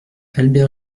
albert